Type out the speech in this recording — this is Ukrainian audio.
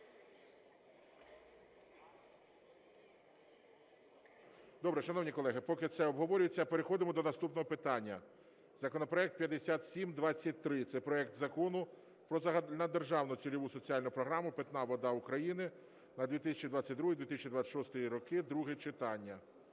Добре. Шановні колеги, поки це обговорюється, переходимо до наступного питання. Законопроект 5723, це проект Закону про Загальнодержавну цільову програму "Питна вода України" на 2022 – 2026 роки (друге читання)